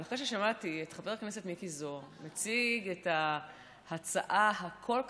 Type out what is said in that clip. אבל אחרי ששמעתי את חבר הכנסת מיקי זוהר מציג את ההצעה הכל-כך